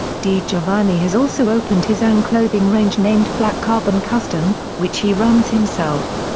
digiovanni has also opened his own clothing range named black carbon custom which he runs himself.